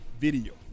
video